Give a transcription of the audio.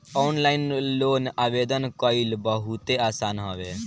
online loan आवेदन कईल बहुते आसान हवे